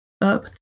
up